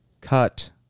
cut